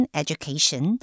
education